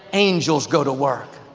angels go to work.